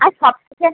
আর সবথেকে